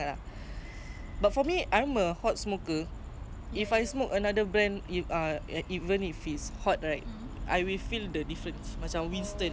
oh oh that [one] berat gila